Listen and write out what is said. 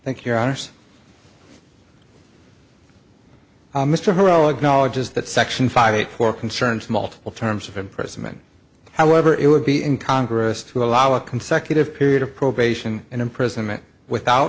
i thank your honour's mr heroic knowledge is that section five eight four concerns multiple terms of imprisonment however it would be in congress to allow a consecutive period of probation and imprisonment without